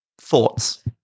Thoughts